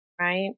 right